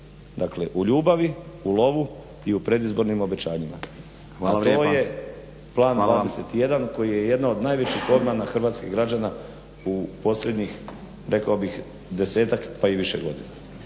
dakle u ljubavi, u lovu i u predizbornim obećanjima. To je plan 21 koji je jedna od najvećih obmana hrvatskih građana u posljednjih rekao bih desetak pa i više godina.